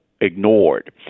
ignored